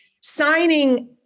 signing